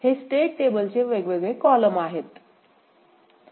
हे स्टेट टेबलेचे वेगवेगळे कॉलम आहेत